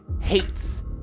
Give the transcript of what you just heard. hates